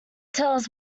tells